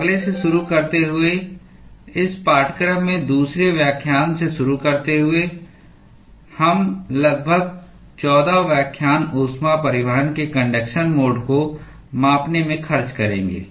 तो अगले से शुरू करते हुए इस पाठ्यक्रम में दूसरे व्याख्यान से शुरू करते हुए हम लगभग 14 व्याख्यान ऊष्मा परिवहन के कन्डक्शन मोड को मापने में खर्च करेंगे